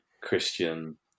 Christian